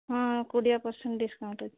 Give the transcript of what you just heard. ହଁ କୋଡ଼ିଏ percent discount ଅଛି